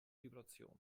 vibration